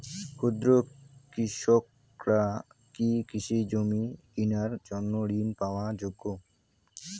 ক্ষুদ্র কৃষকরা কি কৃষিজমি কিনার জন্য ঋণ পাওয়ার যোগ্য?